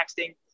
texting